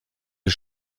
que